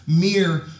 mere